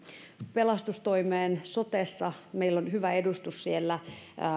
pelastustoimeen sotessa meillä on hyvä edustus siellä